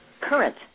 current